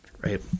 Right